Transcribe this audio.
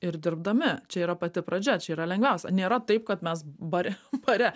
ir dirbdami čia yra pati pradžia čia yra lengviausia nėra taip kad mes bare bare